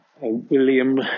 William